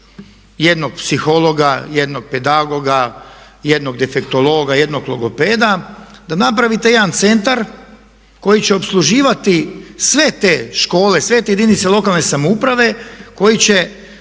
jednog psihologa, jednog pedagoga, jednog defektologa, jednog logopeda da napravite jedan centar koji će opsluživati sve te škole, sve te jedinice lokalne samouprave koji će